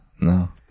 No